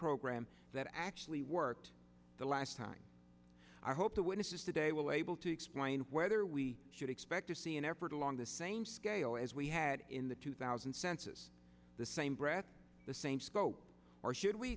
program that actually worked the last time i hope the witnesses today will able to explain whether we should expect to see an effort along the same scale as we had in the two thousand census the same breath the same scope or should we